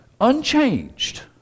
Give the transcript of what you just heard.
unchanged